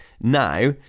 now